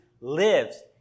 lives